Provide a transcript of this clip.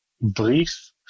brief